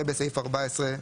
ובסעיף 14,